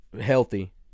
healthy